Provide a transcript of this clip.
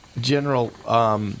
General